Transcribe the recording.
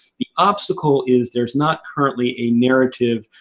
the obstacle is there's not currently a narrative,